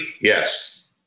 Yes